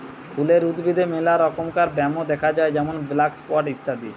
ফুলের উদ্ভিদে মেলা রমকার ব্যামো দ্যাখা যায় যেমন ব্ল্যাক স্পট ইত্যাদি